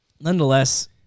nonetheless